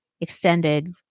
extended